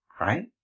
Right